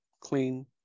clean